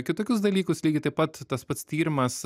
kitokius dalykus lygiai taip pat tas pats tyrimas